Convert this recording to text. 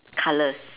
colours